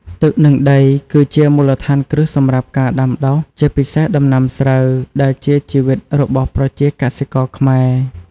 ទឹក និងដី គឺជាមូលដ្ឋានគ្រឹះសម្រាប់ការដាំដុះ ជាពិសេសដំណាំស្រូវ ដែលជាជីវិតរបស់ប្រជាកសិករខ្មែរ។